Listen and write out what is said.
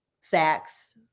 facts